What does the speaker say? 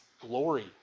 glory